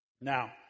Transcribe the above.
Now